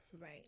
right